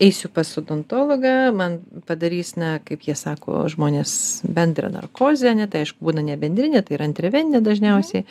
eisiu pas odontologą man padarys na kaip jie sako žmonės bendrą narkozę ane tai aišku būna ne bendrinė tai yra intraveninė dažniausiai